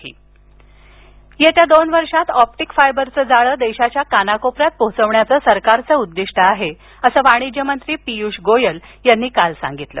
पियष गोयल येत्या दोन वर्षात ऑप्टिक फायबरचं जाळं देशाच्या कानाकोपऱ्यात पोहचवण्याचं सरकारचं उद्दीष्ट आहे असं वाणिज्यमंत्री पियूष गोयल यांनी काल सांगितलं